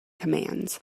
commands